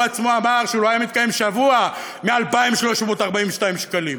הוא עצמו אמר שהוא לא היה מתקיים שבוע מ-2,342 שקלים.